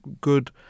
good